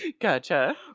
Gotcha